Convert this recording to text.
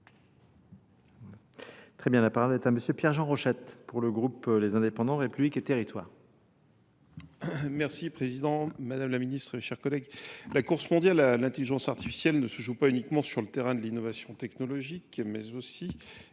Très bien. La parole est à monsieur Pierre-Jean Rochette pour le groupe Les Indépendants, République et Territoires. Merci Président, Madame la Ministre et chers collègues. La course mondiale à l'intelligence artificielle ne se joue pas uniquement sur le terrain de l'innovation technologique mais aussi